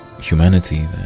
humanity